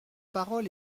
parole